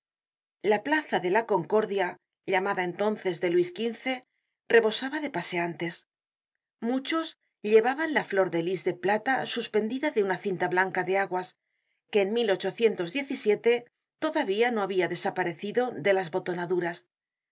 la plaza dela concordia llamada entonces de luis xv rebosaba de paseantes muchos llevaban la flor de lis de plata suspendida de una cinta blanca de aguas que en todavía no habia desaparecido de las botonaduras